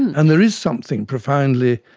and there is something profoundly